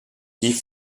die